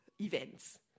events